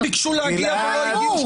אתה יודע כמה מומחים ביקשו להגיע ולא הגיעו,